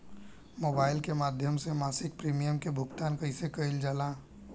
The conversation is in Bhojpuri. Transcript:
मोबाइल के माध्यम से मासिक प्रीमियम के भुगतान कैसे कइल जाला?